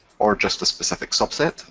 or just a specific subset